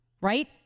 right